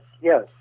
yes